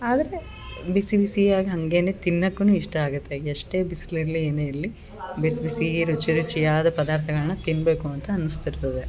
ಆದರೆ ಬಿಸಿ ಬಿಸಿಯಾಗಿ ಹಂಗೇನೆ ತಿನ್ನೋಕ್ಕುನು ಇಷ್ಟ ಆಗುತ್ತೆ ಎಷ್ಟೇ ಬಿಸ್ಲು ಇರಲಿ ಏನೇ ಇರಲಿ ಬಿಸಿ ಬಿಸಿ ರುಚಿ ರುಚಿ ಆದ ಪದಾರ್ಥಗಳ್ನ ತಿನ್ನಬೇಕು ಅಂತ ಅನ್ನಿಸ್ತಿರ್ತದೆ